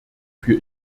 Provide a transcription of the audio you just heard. für